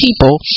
people